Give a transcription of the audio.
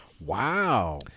Wow